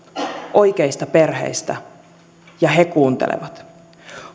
oikeista perheistä ja he kuuntelevat